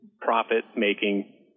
profit-making